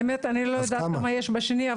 אני לא יודעת כמה יש בשני,